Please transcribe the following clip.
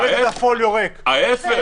אבל ההפך,